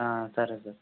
సరే సార్